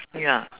ya